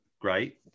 great